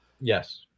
Yes